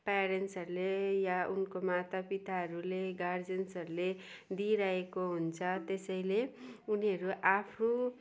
प्यारेन्ट्सहरूले या उनको माता पिताहरूले गार्जेन्सहरूले दिइरहेको हुन्छ त्यसैले उनीहरू आफू